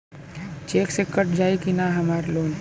Check से कट जाई की ना हमार लोन?